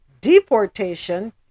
deportation